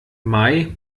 mai